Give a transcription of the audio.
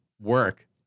work